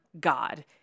God